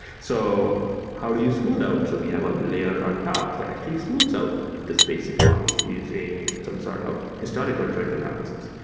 so how do you smooth out? so we have a layer on top that actually smooths out this basic model using some sort of historical trend analysis.